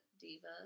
diva